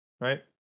right